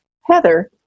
Heather